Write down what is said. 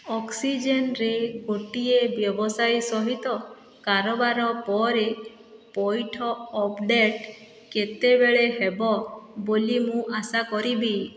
ଅକ୍ସିଜେନ୍ରେ ଗୋଟିଏ ବ୍ୟବସାୟୀ ସହିତ କାରବାର ପରେ ପଇଠ ଅପଡ଼େଟ୍ କେତେବେଳେ ହେବ ବୋଲି ମୁଁ ଆଶା କରିବି